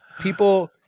people